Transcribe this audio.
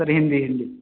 तर हिंदी हिंदी